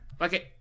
Okay